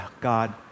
God